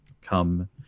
come